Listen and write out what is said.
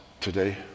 today